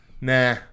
nah